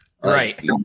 Right